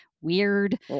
weird